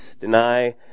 deny